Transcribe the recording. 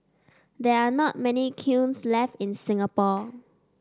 there are not many kilns left in Singapore